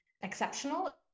exceptional